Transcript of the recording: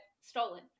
stolen